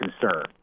concern